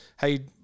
hey